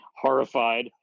horrified